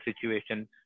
situation